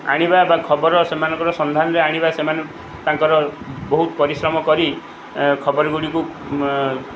ଆଣିବା ବା ଖବର ସେମାନଙ୍କର ସନ୍ଧାନରେ ଆଣିବା ସେମାନେ ତାଙ୍କର ବହୁତ ପରିଶ୍ରମ କରି ଖବରଗୁଡ଼ିକୁ